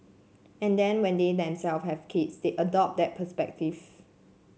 and then when they themselves have kids they adopt that perspective